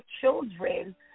children